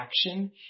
action